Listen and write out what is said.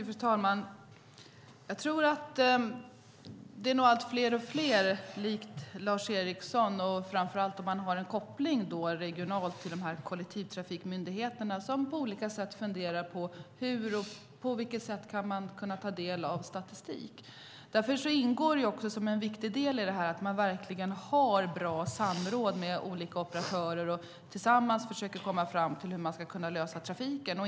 Fru talman! Allt fler funderar, likt Lars Eriksson, framför allt om man har en regional koppling till kollektivtrafikmyndigheterna, på hur man ska kunna ta del av statistiken. Därför är det viktigt att man verkligen har bra samråd med olika operatörer och tillsammans försöker komma fram till hur man ska lösa trafikfrågan.